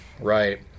right